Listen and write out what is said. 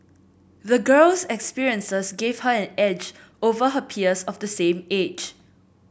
the girl's experiences gave her an edge over her peers of the same age